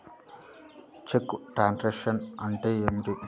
చెక్కు truncation అంటే ఏమిటి?